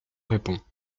réponds